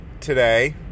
today